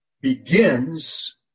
begins